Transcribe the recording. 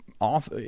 off